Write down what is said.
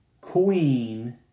queen